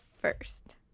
first